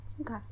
Okay